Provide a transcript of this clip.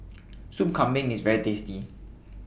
Soup Kambing IS very tasty